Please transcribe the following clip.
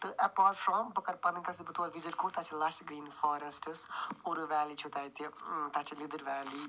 تہٕ apart from بہٕ کرٕ پَنٕنۍ کَتھ ییٚلہِ مےٚ تور وِزِٹ کوٚر تتہِ چھِ لَش گرٛیٖن فواریٚسٹٕس پوٗرٕ ویلی چھِ تَتہِ تَتہِ چھِ لِدٕر ویلی